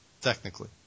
Technically